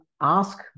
ask